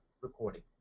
recording